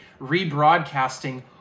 rebroadcasting